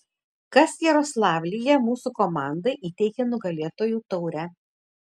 kas jaroslavlyje mūsų komandai įteikė nugalėtojų taurę